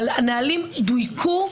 אבל הנהלים דויקו,